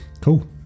Cool